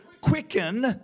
quicken